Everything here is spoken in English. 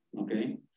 okay